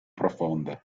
profonde